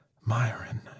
Myron